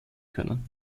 können